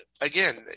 again